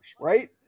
right